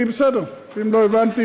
אז אני, בסדר, אם לא הבנתי,